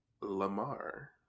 Lamar